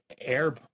air